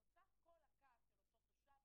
ובנוסף כל הכעס של אותו תושב,